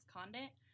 Condit